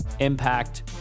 Impact